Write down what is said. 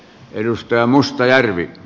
arvoisa puhemies